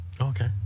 Okay